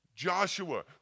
Joshua